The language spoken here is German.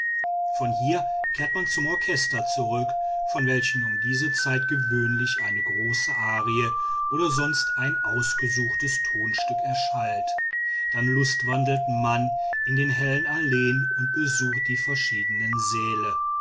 von hier kehrt man zum orchester zurück von welchem um diese zeit gewöhnlich eine große arie oder sonst ein ausgesuchtes tonstück erschallt dann lustwandelt man in den hellen alleen und besucht die verschiedenen säle